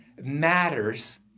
matters